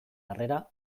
harrera